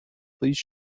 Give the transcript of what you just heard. please